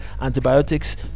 antibiotics